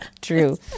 true